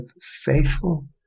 faithful